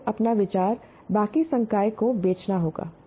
आपको अपना विचार बाकी संकाय को बेचना होगा